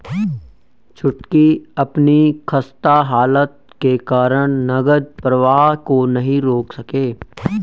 छुटकी अपनी खस्ता हालत के कारण नगद प्रवाह को नहीं रोक सके